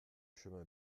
chemin